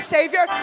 Savior